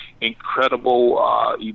incredible